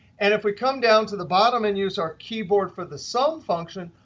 and if we come down to the bottom and use our keyboard for the sum function,